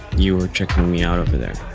you were checking me out over there